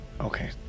Okay